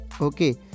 okay